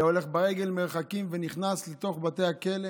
היה הולך ברגל מרחקים ונכנס לתוך בתי הכלא,